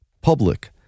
public